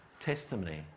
testimony